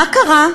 מה קרה?